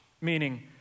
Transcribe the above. meaning